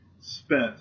spent